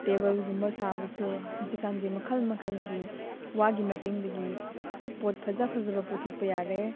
ꯇꯦꯕꯜꯒꯨꯝꯕ ꯁꯥꯕꯁꯨ ꯍꯧꯖꯤꯛ ꯀꯥꯟꯒꯤ ꯃꯈꯜ ꯃꯈꯜꯒꯤ ꯋꯥꯒꯤ ꯃꯇꯦꯡꯗꯒꯤ ꯄꯣꯠ ꯐꯖ ꯐꯖꯕ ꯄꯨꯊꯣꯛꯄ ꯌꯥꯔꯦ